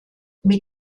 mit